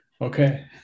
Okay